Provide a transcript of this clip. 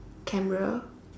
camera